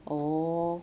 oh